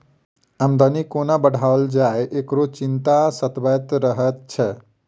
आमदनी कोना बढ़ाओल जाय, एकरो चिंता सतबैत रहैत छै